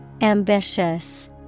Ambitious